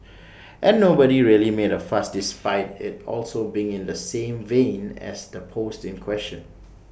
and nobody really made A fuss despite IT also being in the same vein as the post in question